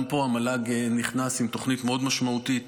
גם פה המל"ג נכנס עם תוכנית מאוד משמעותית